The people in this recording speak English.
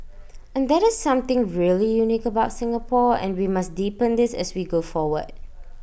and that is something really unique about Singapore and we must deepen this as we go forward